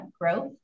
Growth